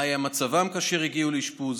מה היה מצבם כאשר הגיעו לאשפוז?